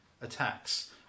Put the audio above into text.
attacks